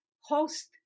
host